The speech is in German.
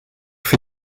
für